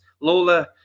Lola